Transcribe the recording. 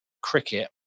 cricket